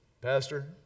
Pastor